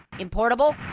importable?